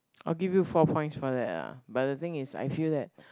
I'll give you four points for that lah but the thing is I feel that